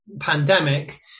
pandemic